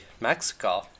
Mexico